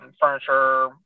furniture